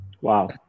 Wow